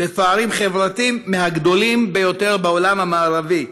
בפערים חברתיים מהגדולים ביותר בעולם המערבי,